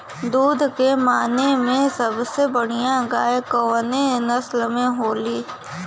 दुध के माने मे सबसे बढ़ियां गाय कवने नस्ल के होली?